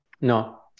no